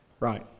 Right